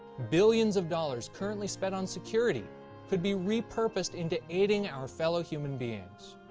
billions of dollars currently spent on security could be repurposed into aiding our fellow human beings.